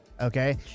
Okay